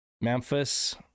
Memphis